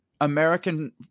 American